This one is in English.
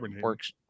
works